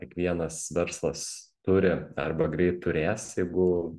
kiekvienas verslas turi arba greit turės jeigu